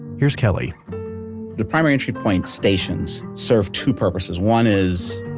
here's kelly the primary entry point's stations serve two purposes. one is,